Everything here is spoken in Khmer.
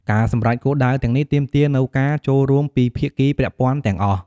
ការសម្រេចគោលដៅទាំងនេះទាមទារនូវការចូលរួមពីភាគីពាក់ព័ន្ធទាំងអស់។